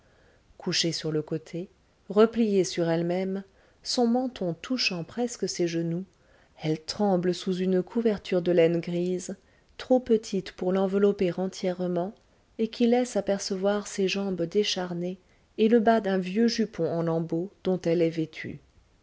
couchée sur le côté repliée sur elle-même son menton touchant presque ses genoux elle tremble sous une couverture de laine grise trop petite pour l'envelopper entièrement et qui laisse apercevoir ses jambes décharnées et le bas d'un vieux jupon en lambeaux dont elle est vêtue